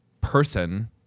person